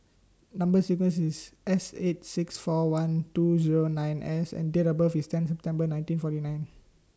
Number sequence IS S eight six four one two Zero nine S and Date of birth IS ten September nineteen forty nine